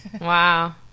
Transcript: Wow